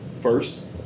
first